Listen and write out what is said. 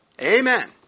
Amen